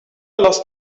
lost